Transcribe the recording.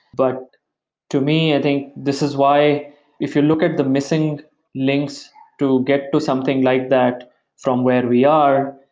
but to me, i think this is why if you look at the missing links to get to something like that from where we are,